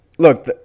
Look